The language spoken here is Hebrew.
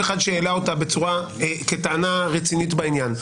אחד שהעלה אותה כטענה רצינית בעניין.